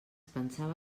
pensava